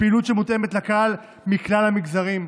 בפעילות שמותאמת לקהל מכלל המגזרים.